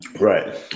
Right